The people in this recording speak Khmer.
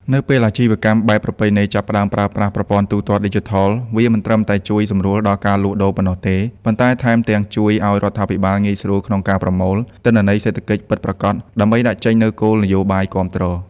នៅពេលអាជីវកម្មបែបប្រពៃណីចាប់ផ្ដើមប្រើប្រាស់ ប្រព័ន្ធទូទាត់ឌីជីថល វាមិនត្រឹមតែជួយសម្រួលដល់ការលក់ដូរប៉ុណ្ណោះទេ ប៉ុន្តែថែមទាំងជួយឱ្យរដ្ឋាភិបាលងាយស្រួលក្នុងការប្រមូល ទិន្នន័យសេដ្ឋកិច្ចពិតប្រាកដ ដើម្បីដាក់ចេញនូវគោលនយោបាយគាំទ្រ។